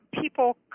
people